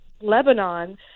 lebanon